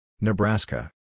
Nebraska